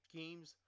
games